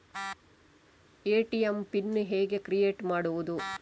ATM pin ಹೇಗೆ create ಮಾಡುವುದು?